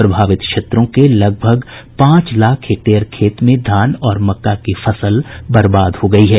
प्रभावित क्षेत्रों के लगभग पांच लाख हेक्टेयर खेत में धान और मक्का की फसल बर्बाद हो गयी है